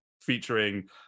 featuring